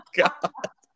god